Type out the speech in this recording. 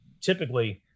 typically